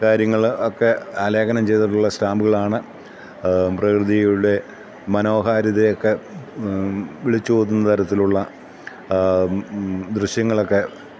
കാര്യങ്ങളൊക്കെ ആലേഖനം ചെയ്തിട്ടുള്ള സ്റ്റാമ്പുകളാണ് പ്രകൃതിയുടെ മനോഹാരിതയൊക്കെ വിളിച്ചോതുന്ന തരത്തിലുള്ള ദൃശ്യങ്ങളൊക്കെ